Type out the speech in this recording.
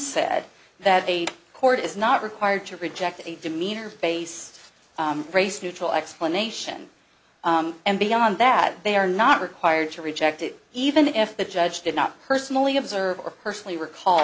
said that a court is not required to reject a demeanor based race neutral explanation and beyond that they are not required to reject it even if the judge did not personally observe or personally recall